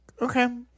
okay